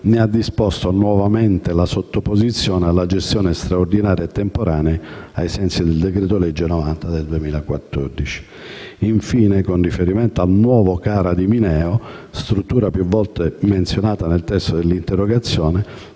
ne ha disposto nuovamente la sottoposizione alla gestione straordinaria e temporanea, ai sensi del decreto-legge 11 agosto 2014, n. 90. Infine, con riferimento al nuovo CARA di Mineo, struttura più volte menzionata nel testo dell'interrogazione,